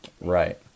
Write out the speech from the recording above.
Right